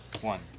One